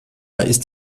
ist